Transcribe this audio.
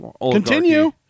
Continue